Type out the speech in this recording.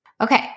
Okay